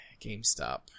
GameStop